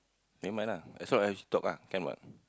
never mind lah as long as talk lah can what